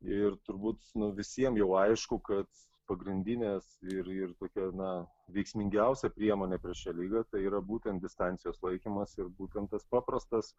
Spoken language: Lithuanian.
ir turbūt visiem jau aišku kad pagrindinės ir ir tokia na veiksmingiausia priemonė prieš šią ligą tai yra būtent distancijos laikymas ir būtent tas paprastas